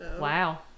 wow